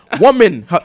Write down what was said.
woman